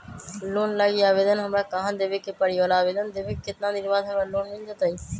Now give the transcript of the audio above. Loan लागी आवेदन हमरा कहां देवे के पड़ी और आवेदन देवे के केतना दिन बाद हमरा लोन मिल जतई?